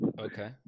Okay